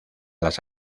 las